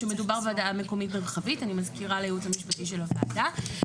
אני מזכירה לייעוץ המשפטי של הוועדה.